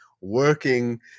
working